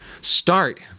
start